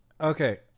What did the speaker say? okay